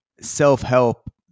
self-help